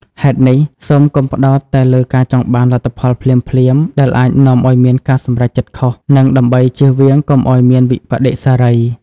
ហេតុនេះ សូមកុំផ្តោតតែលើការចង់បានលទ្ធផលភ្លាមៗ ដែលអាចនាំឱ្យមានការសម្រេចចិត្តខុស និងដើម្បីជៀសវៀងកុំអោយមានវិប្បដិសេរី។